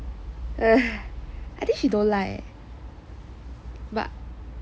I think she don't like but